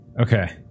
Okay